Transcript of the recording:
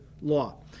law